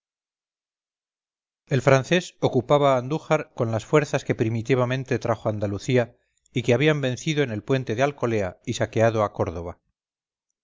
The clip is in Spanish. el francés ocupaba a andújar con las fuerzas que primitivamente trajo a andalucía y que habían vencido en el puente de alcolea y saqueado a córdoba